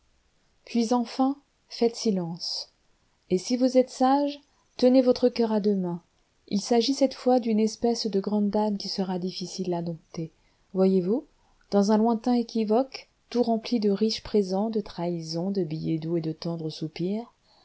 puis enfin faites silence et si vous êtes sage tenez votre coeur à deux mains il s'agit cette fois d'une espèce de grande dame qui sera difficile à dompter voyez vous dans un lointain équivoque tout rempli de riches présents de trahisons de billets doux et de tendres soupirs